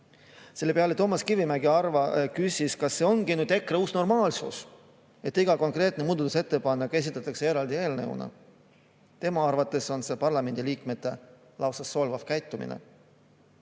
Selle peale Toomas Kivimägi küsis, kas see ongi nüüd EKRE uus normaalsus, et iga konkreetne muudatusettepanek esitatakse eraldi eelnõuna. Tema arvates on see parlamendiliikmete suhtes lausa solvav käitumine.